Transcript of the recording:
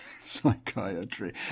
psychiatry